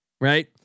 Right